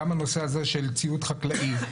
גם בנושא הזה של ציוד חקלאי,